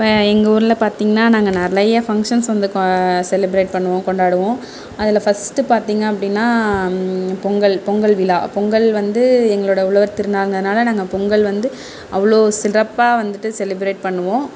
எங்கள் ஊரில் பார்த்திங்ன்னா நாங்கள் நிறைய ஃபங்ஷன்ஸ் வந்து செலிப்ரேட் பண்ணுவோம் கொண்டாடுவோம் அதில் ஃபஸ்ட்டு பார்த்திங்க அப்படினா பொங்கல் பொங்கல் விழா பொங்கல் வந்து எங்களோட உழவர் திருநாள் நாங்கள் பொங்கல் வந்து அவ்வளோ சிறப்பாக வந்துட்டு செலிப்ரேட் பண்ணுவோம்